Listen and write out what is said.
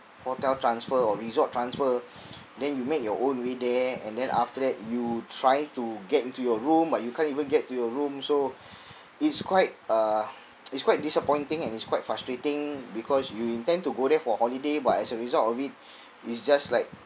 hotel transfer or resort transfer then you make your own way there and then after that you try to get into your room but you can't even get to your room so it's quite uh it's quite disappointing and it's quite frustrating because you intend to go there for holiday but as a result of it it's just like